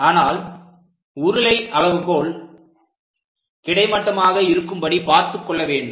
ஆனால் உருளை அளவுகோல் கிடைமட்டமாக இருக்கும்படி பார்த்துக்கொள்ள வேண்டும்